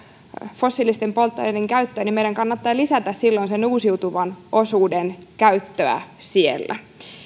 fossiilisten polttoaineiden käyttöä niin meidän kannattaa lisätä silloin sen uusiutuvan osuuden käyttöä siellä